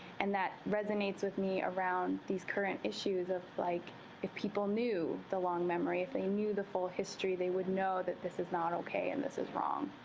and that resonates with me around these current issues of like if people knew the long memory, if they knew the full history, they would know that this is not ok, and this is wrong.